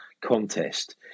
contest